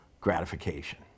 gratification